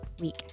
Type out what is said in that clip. week